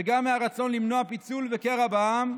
וגם מהרצון למנוע פיצול וקרע בעם,